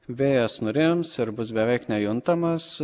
vėjas nurims ir bus beveik nejuntamas